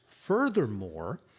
Furthermore